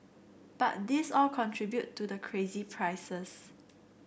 but these all contribute to the crazy prices